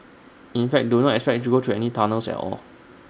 in fact do not expect to go through any tunnels at all